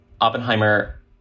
Oppenheimer